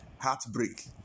heartbreak